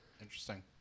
Interesting